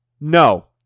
No